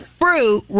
fruit